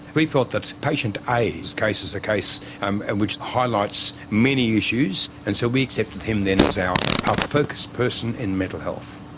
we felt that patient a's case is a case um and which highlights many issues, and so we accepted him then as our our focus person in mental health.